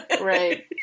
Right